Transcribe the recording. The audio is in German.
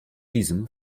diesem